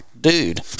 dude